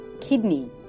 kidney